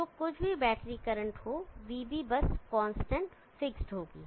जो कुछ भी बैटरी करंट हो vB बस कांस्टेंट फिकस्ड होगी